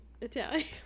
Italian